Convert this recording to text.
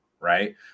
Right